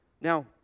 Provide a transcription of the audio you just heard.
Now